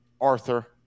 Arthur